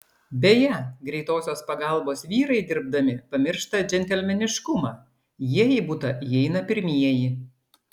beje greitosios pagalbos vyrai dirbdami pamiršta džentelmeniškumą jie į butą įeina pirmieji